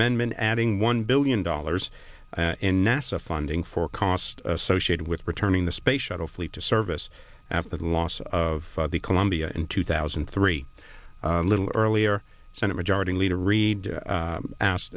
amendment adding one billion dollars in nasa funding for costs associated with returning the space shuttle fleet to service after the loss of the columbia in two thousand and three little earlier senate majority leader reid asked